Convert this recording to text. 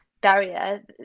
barrier